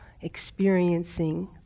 experiencing